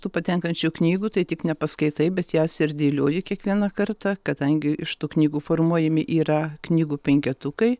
tų patenkančių knygų tai tik nepaskaitai bet jas ir dėlioji kiekvieną kartą kadangi iš tų knygų formuojami yra knygų penketukai